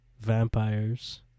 Vampires